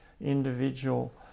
individual